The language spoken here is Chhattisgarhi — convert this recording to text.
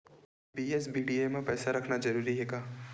बी.एस.बी.डी.ए मा पईसा रखना जरूरी हे का?